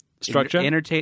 Structure